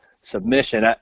submission